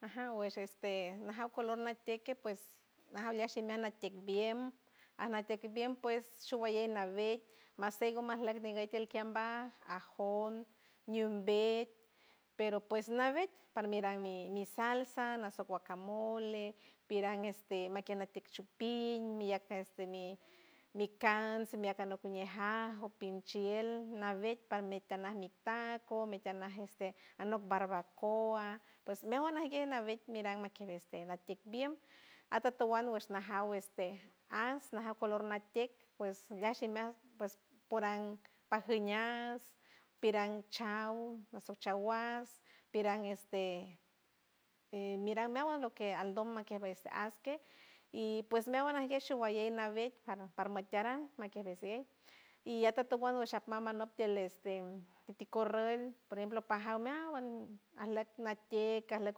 Aja guash este najaw color nat tiek que pues aja aliesh shimal natiek biem anat ca ti bien mas sego tialkiambat ñumbet pero pues nave para mirar mi salsa nasoc guacamole piran este makian natiek chupin miyak este mi mi cans mi aca no cuñe ajo pinchield navet parme canak mi taco metíana este anok barbacoa pues meawa nague navet miran makiera este natiek bien atotowand wash najaw este as najow color natiek pues gueashi mas pues poran pajinias piran chau asoja chaus piran este e miran meawand lo que aldon makiere as que y pues meawand nague shuguaye nave para parmatiaran makiavise y atotowand guishep meama not tiel este enticorrol por ejemplo pajaw meawand alok natield alok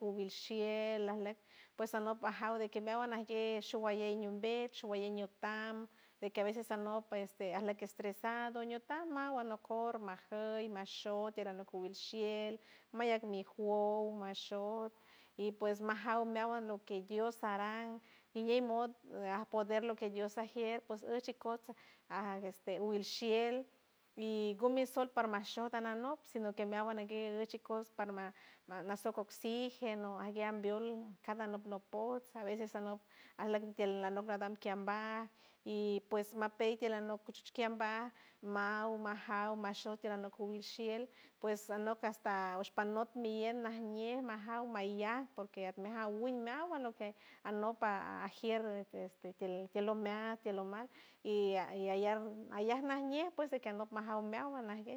cubilshield alok pues anoj bajaw de que meawand nague shubuaye ñumbe shubuaye ñupans de que a veces anok este alok estresado ñuta mawua nokor majoy mashow tiera nok cubilshield mayak mi juold mashot y pues majaaw lo que dios aran y ñeiy mod e apoder lo que dios ajier por gushi cotsa ajan este wilshiel y gumi sold parmashot ana nok sino que meawua nañe gushicos parma nasoc oxigeno ague ambiold cada anok nopots a veces anok alok tield anok adal ti alcambiat y pues mapeitiel anok cuchish kiambaj maw majaw mashot ti ranok cubil shield pues anok hasta osh panok mi ñew najñe majaw mayan porque atme jawil meawuan lo que anok par ajier este tield tield lo mean tield lo mal y ayar ayar najñe pues de que anok majaw meawand nague.